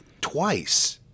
Twice